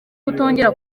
kutongera